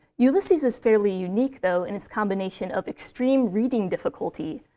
ulysses is fairly unique, though, in its combination of extreme reading difficulty,